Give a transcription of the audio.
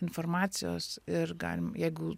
informacijos ir galim jeigu